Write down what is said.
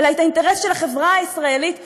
אלא את האינטרס של החברה הישראלית כולה,